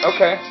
Okay